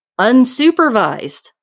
unsupervised